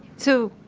so,